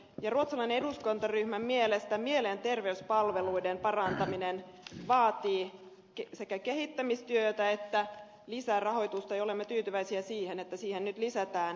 ruotsalaisen eduskuntaryhmän mielestä mielenterveyspalveluiden parantaminen vaatii sekä kehittämistyötä että lisärahoitusta ja olemme tyytyväisiä siihen että siihen nyt lisätään rahaa